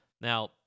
Now